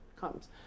comes